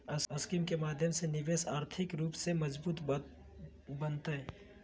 scheme के माध्यम से निवेशक आर्थिक रूप से मजबूत बनतय